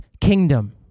kingdom